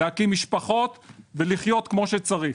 להקים משפחות ולחיות כמו שצריך.